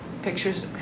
pictures